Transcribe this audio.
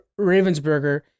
Ravensburger